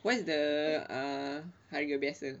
what is the err harga biasa